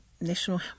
National